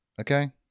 Okay